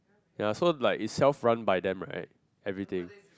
ya so like it's self run by them right everything